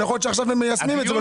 אולי עכשיו מיישמים את זה.